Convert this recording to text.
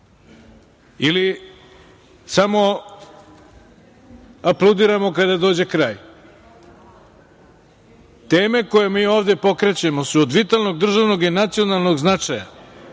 ili samo aplaudiramo kada dođe kraj? Teme koje mi ovde pokrećemo su od vitalnog državnog i nacionalnog značaja.